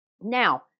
Now